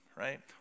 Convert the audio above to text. Right